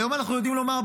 היום אנחנו יודעים לומר,